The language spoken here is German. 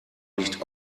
nicht